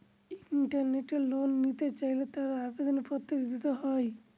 ইন্টারনেটে লোন নিতে চাইলে তার আবেদন পত্র দিতে হয়